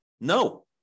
No